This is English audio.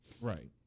Right